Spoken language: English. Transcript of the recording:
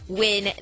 win